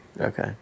Okay